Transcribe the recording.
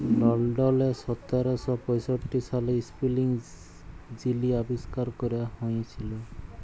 লল্ডলে সতের শ পঁয়ষট্টি সালে ইস্পিলিং যিলি আবিষ্কার ক্যরা হঁইয়েছিল